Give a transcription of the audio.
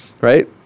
right